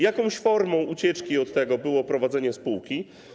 Jakąś formą ucieczki od tego było prowadzenie spółki.